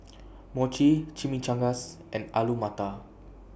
Mochi Chimichangas and Alu Matar